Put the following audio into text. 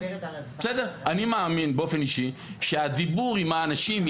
אני מאמין באופן אישי שהדיבור עם האנשים,